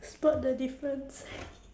spot the difference